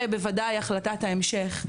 ובוודאי החלטת ההמשך,